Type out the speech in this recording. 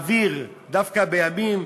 להעביר, דווקא בימים